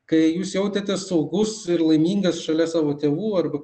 kai jūs jautėtės saugus ir laimingas šalia savo tėvų arba